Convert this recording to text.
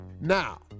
Now